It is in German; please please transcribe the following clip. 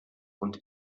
und